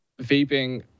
vaping